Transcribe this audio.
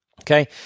Okay